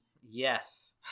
Yes